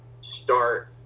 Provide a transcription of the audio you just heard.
start